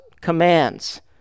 commands